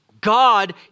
God